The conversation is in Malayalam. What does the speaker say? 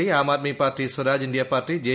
D Aam Aadmi party Swaraj India party J